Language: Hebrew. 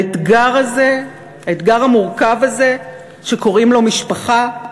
האתגר הזה, האתגר המורכב הזה שקוראים לו "משפחה",